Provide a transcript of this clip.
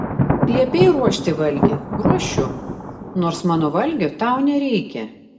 liepei ruošti valgį ruošiu nors mano valgio tau nereikia